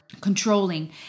controlling